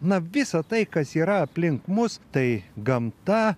na visa tai kas yra aplink mus tai gamta